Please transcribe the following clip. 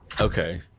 Okay